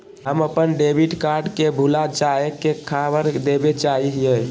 हम अप्पन debit card के भुला जाये के खबर देवे चाहे हियो